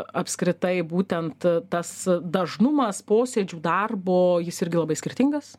apskritai būtent tas dažnumas posėdžių darbo jis irgi labai skirtingas